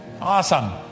Awesome